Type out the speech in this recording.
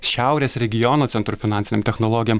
šiaurės regiono centru finansinėm technologijom